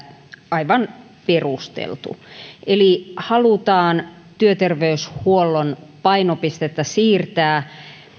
aivan perusteltu eli halutaan työterveyshuollon painopistettä siirtää